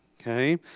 okay